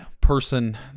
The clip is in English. person